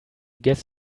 guess